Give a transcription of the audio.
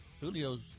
Julio's –